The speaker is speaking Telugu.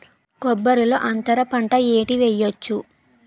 కొబ్బరి లో అంతరపంట ఏంటి వెయ్యొచ్చు?